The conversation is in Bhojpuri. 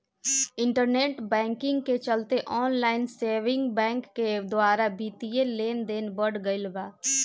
इंटरनेट बैंकिंग के चलते ऑनलाइन सेविंग बैंक के द्वारा बित्तीय लेनदेन बढ़ गईल बा